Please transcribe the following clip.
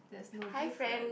there's no difference